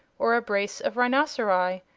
or a brace of rhinoceri,